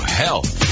health